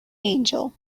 angel